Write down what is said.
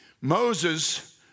Moses